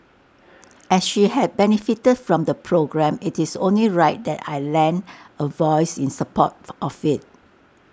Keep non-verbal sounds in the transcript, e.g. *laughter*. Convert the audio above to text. as she had benefited from the programme IT is only right that I lend A voice in support *noise* of IT